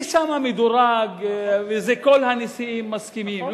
זה שם מדורג, וזה כל הנשיאים מסכימים.